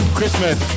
Christmas